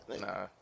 Nah